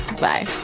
Bye